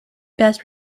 best